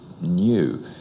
new